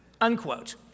Unquote